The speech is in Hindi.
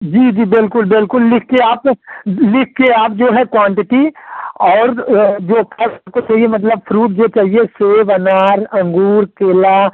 जी जी बिल्कुल बिल्कुल लिखकर आप लिखकर आप जो हैं क्वांटिटी और जो फल आपको चाहिए मतलब फ्रूट जो चाहिए सेब अनार अंगूर केला